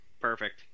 Perfect